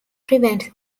prevent